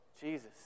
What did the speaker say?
Jesus